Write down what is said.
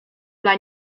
dla